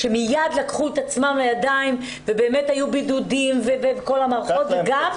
שמיד לקחו את עצמם בידיים ובאמת היו בידודים וכל המערכות עבדו,